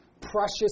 precious